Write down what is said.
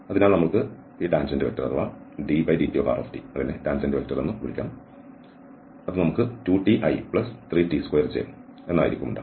അതിനാൽ നമ്മൾക്ക് ഈ ടാൻജന്റ് വെക്റ്റർ 2ti3t2j ഉണ്ട്